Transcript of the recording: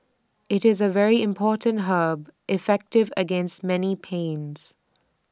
IT is A very important herb effective against many pains